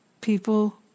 people